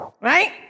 right